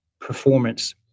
performance